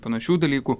panašių dalykų